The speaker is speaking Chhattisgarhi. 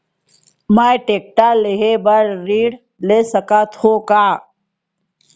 मैं टेकटर लेहे बर ऋण ले सकत हो का?